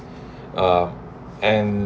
uh and